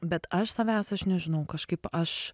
bet aš savęs aš nežinau kažkaip aš